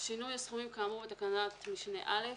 שינוי הסכומים כאמור בתקנת משנה (א),